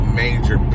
major